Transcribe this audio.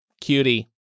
cutie